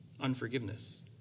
Unforgiveness